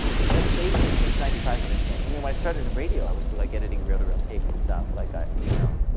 the basics since ninety five haven't changed. i mean when i started in radio, i was like editing reel to reel tape and stuff, like you know